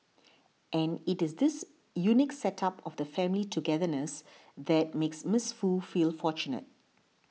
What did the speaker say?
and it is this unique set up of family togetherness that makes Miss Foo feel fortunate